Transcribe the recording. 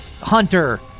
hunter